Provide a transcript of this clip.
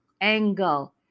angle